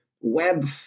web